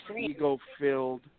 ego-filled